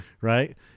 Right